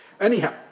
Anyhow